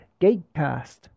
Gatecast